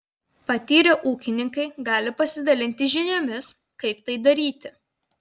patyrę ūkininkai gali pasidalinti žiniomis kaip tai daryti